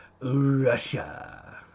Russia